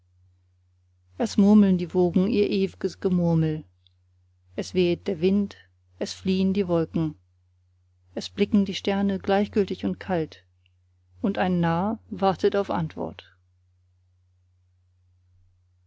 es murmeln die wogen ihr ewges gemurmel es wehet der wind es fliehen die wolken es blinken die sterne gleichgültig und kalt und ein narr wartet auf antwort